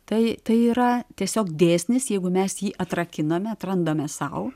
tai tai yra tiesiog dėsnis jeigu mes jį atrakiname atrandame sau